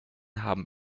haben